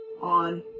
on